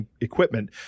equipment